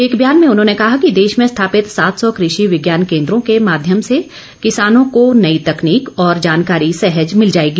एक बयान में उन्होंने कहा कि देश में स्थापित सात सौ कृषि विज्ञान केन्द्रों के माध्यम से किसानों को नई तकनीक और जानकारी सहज मिल जाएगी